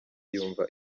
yumva